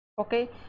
okay